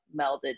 melded